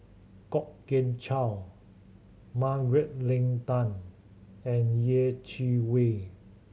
Kwok Kian Chow Margaret Leng Tan and Yeh Chi Wei